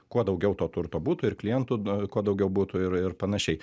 kuo daugiau to turto būtų ir klientų kuo daugiau būtų ir ir panašiai